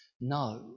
no